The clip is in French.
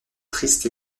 triste